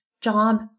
job